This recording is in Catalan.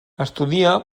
estudia